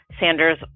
Sanders